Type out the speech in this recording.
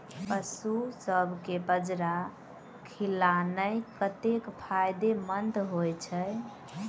पशुसभ केँ बाजरा खिलानै कतेक फायदेमंद होइ छै?